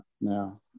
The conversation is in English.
now